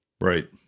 Right